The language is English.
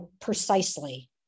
precisely